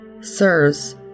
Sirs